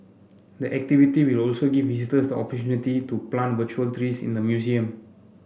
the activity will also give visitors the opportunity to plant virtual trees in the museum